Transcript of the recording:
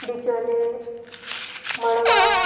Bicholim Madgaon